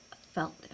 felt